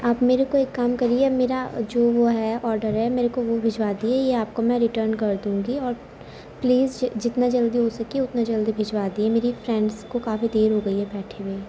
آپ میرے کو ایک کام کریے میرا جو وہ ہے آرڈر ہے میرے کو وہ بھجوا دیے یہ آپ کو میں ریٹرن کر دوں گی اور پلیز جتنا جلدی ہو سکے اتنا جلدی بھجوا دیے میری فرینڈس کو کافی دیر ہو گئی ہے بیٹھے ہوئے